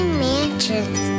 mansions